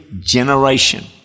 generation